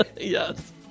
yes